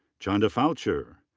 chanda foucher.